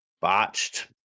botched